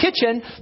kitchen